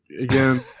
again